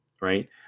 right